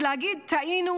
ולהגיד: טעינו,